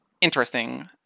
Interesting